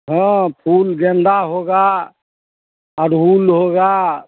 हाँ फूल गेंदा होगा अड़हुल होगा